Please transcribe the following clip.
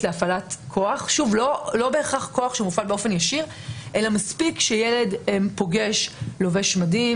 להפעלת כוח לא בהכרח כוח שמופעל ישירות אלא מספיק שילד פוגש לובש מדים